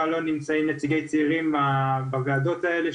לא נמצאים נציגי צעירים בוועדות האלה,